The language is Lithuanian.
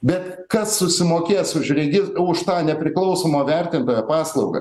bet kas susimokės už regis už tą nepriklausomo vertintojo paslaugą